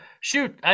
shoot